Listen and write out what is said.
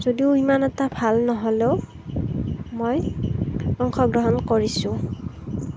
যদিও ইমান এটা ভাল নহ'লেও মই অংশগ্ৰহণ কৰিছোঁ